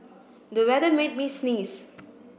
the weather made me sneeze